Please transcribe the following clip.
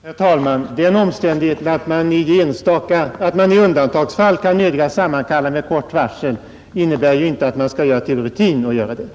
Herr talman! Den omständigheten att man i undantagsfall kan nödgas sammankalla nämndemännen med kort varsel innebär inte att man bör göra detta till rutin.